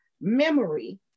memory